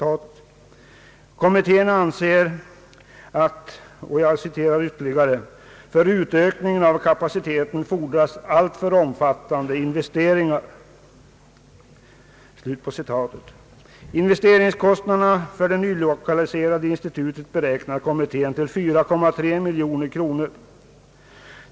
Kommittén anser att det fordras alltför omfattande investeringar för utökning av kapaciteten. — Investeringskostnaderna för det nylokaliserade institutet beräknas av kommittén till 4,3 miljoner kronor.